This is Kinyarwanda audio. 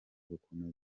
bukomeza